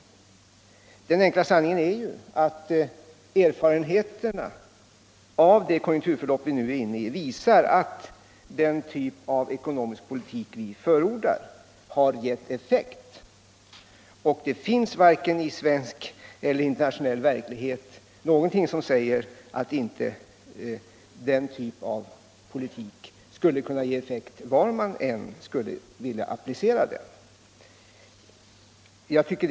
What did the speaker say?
Den enkla sanningen är ju att erfarenheterna av det konjunkturförlopp som vi nu är inne i visar att den typ av ekonomisk politik som vi förordar har givit effekt. Det finns varken i svensk eller i internationell verklighet någonting som säger att inte den typen av politik skulle kunna ge effekt var man än skulle vilja applicera den.